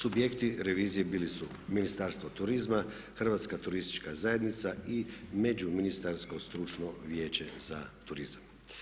Subjekti revizije bili su Ministarstvo turizma, Hrvatska turistička zajednica i Međuministarsko stručno vijeće za turizam.